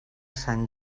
sant